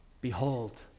Behold